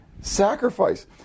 sacrifice